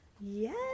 Yes